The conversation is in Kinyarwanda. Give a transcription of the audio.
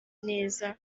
neza